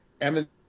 Amazon